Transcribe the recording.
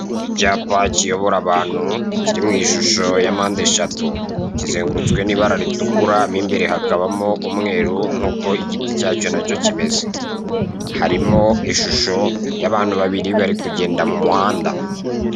Icyapa kiyobora abantu kiri mu ishusho ya mpande eshatu. Kizendurutswe n'ibara ritukura mu imbere hakabamo umweru nkuko igiti cyacyo nacyo kimeze, harimo ishusho y'abantu babiri bari kugenda mu muhanda.